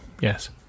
yes